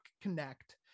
Connect